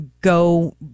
go